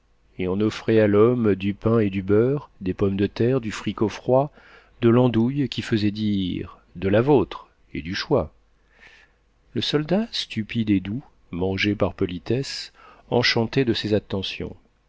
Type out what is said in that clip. et on offrait à l'homme du pain et du beurre des pommes de terre du fricot froid de l'andouille qui faisait dire de la vôtre et du choix le soldat stupide et doux mangeait par politesse enchanté de ces attentions